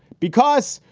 because,